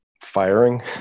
firing